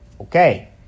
Okay